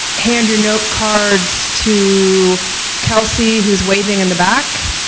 hand your note cards to kelcie who's waving in the back,